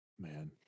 Man